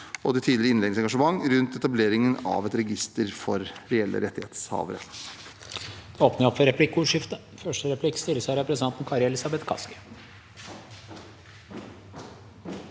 i de tidligere innleggene rundt etableringen av et register for reelle rettighetshavere.